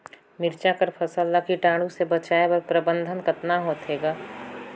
मिरचा कर फसल ला कीटाणु से बचाय कर प्रबंधन कतना होथे ग?